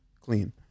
clean